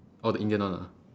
oh the indian one ah